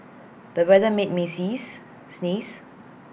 the weather made me sees sneeze